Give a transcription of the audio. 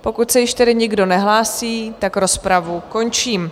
Pokud se již tedy nikdo nehlásí, rozpravu končím.